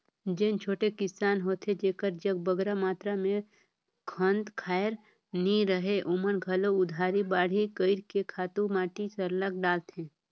जेन छोटे किसान होथे जेकर जग बगरा मातरा में खंत खाएर नी रहें ओमन घलो उधारी बाड़ही कइर के खातू माटी सरलग डालथें